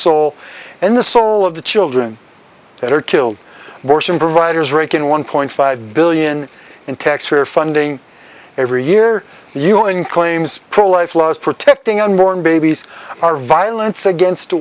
soul and the soul of the children that are killed more some providers rake in one point five billion in tax for funding every year you in claims pro life laws protecting unborn babies are violence against